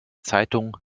zeitung